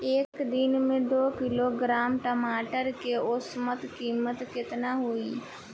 एक दिन में दो किलोग्राम टमाटर के औसत कीमत केतना होइ?